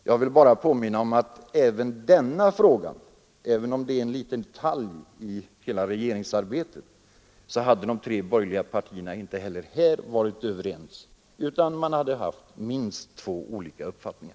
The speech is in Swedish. Jag vill bara påminna om att inte heller i denna fråga, även om det är en liten detalj i hela regeringsarbetet, har de tre borgerliga partierna varit överens, utan de har haft minst två olika uppfattningar.